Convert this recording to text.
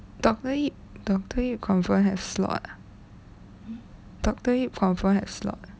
doctor yip doctor yip confirm have slot ah doctor yip confirm have slot ah